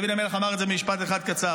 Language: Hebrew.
דוד המלך אמר את זה במשפט אחד קצר,